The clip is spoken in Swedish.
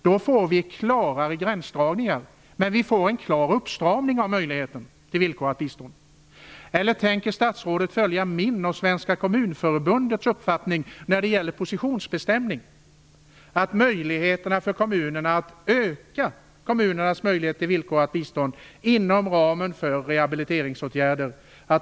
Då får vi klarare gränsdragningar, men vi får en klar uppstramning av möjligheten till villkorat bistånd. Eller tänker statsrådet följa min och Svenska kommunförbundets uppfattning när det gäller positionsbestämning, dvs. att öka kommunernas möjlighet att ge villkorat bistånd inom ramen för rehabiliteringsåtgärder?